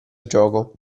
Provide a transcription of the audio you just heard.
gioco